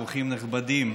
אורחים נכבדים,